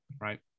right